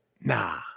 Nah